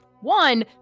one